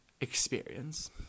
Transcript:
experience